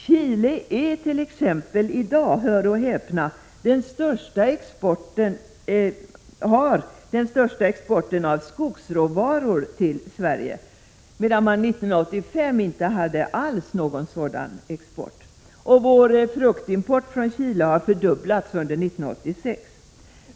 Chile ärt.ex. i dag — hör och häpna — den största exportören av skogsråvaror till Sverige, medan Chile 1985 inte alls hade någon sådan export. Vår fruktimport från Chile har fördubblats under 1986.